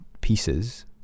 pieces